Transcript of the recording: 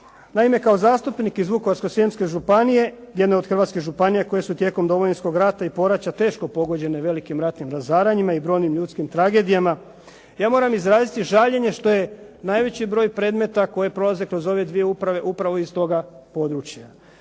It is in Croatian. Naime, kao zastupnik iz Vukovarsko-srijemske županije, jedne od hrvatskih županija koje su tijekom Domovinskog rata i poraća teško pogođene velikim ratnim razaranjima i brojnim ljudskim tragedijama. Ja moram izraziti žaljenje što je najveći broj predmeta koje prolaze kroz ove dvije uprave upravo iz toga područja.